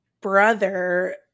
brother